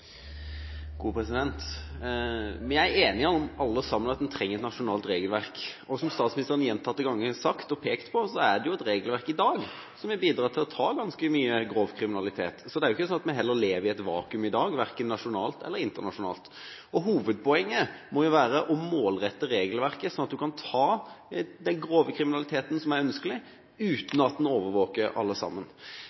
enige om, alle sammen, at vi trenger et nasjonalt regelverk. Som statsministeren gjentatte ganger har sagt og pekt på, har vi et regelverk i dag som vil bidra til å ta ganske mye grov kriminalitet. Så det er ikke slik at vi lever i et vakuum i dag, verken nasjonalt eller internasjonalt. Hovedpoenget må jo være å målrette regelverket sånn at man kan ta den grove kriminaliteten – som er ønskelig